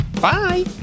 Bye